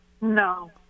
No